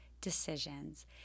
decisions